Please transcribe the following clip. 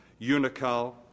Unical